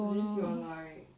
unless you are like